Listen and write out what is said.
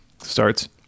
starts